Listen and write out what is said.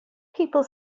people